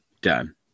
done